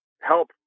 help